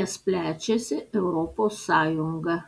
nes plečiasi europos sąjunga